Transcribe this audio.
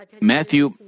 Matthew